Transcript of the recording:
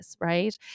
right